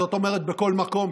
זאת אומרת בכל מקום,